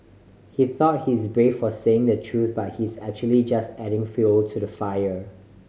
he thought he is brave for saying the truth but he's actually just adding fuel to the fire